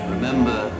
Remember